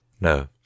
No